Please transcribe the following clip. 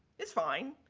it's fine.